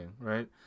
right